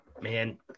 Man